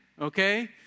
okay